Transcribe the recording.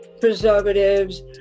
preservatives